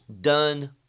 done